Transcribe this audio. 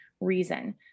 reason